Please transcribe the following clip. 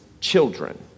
children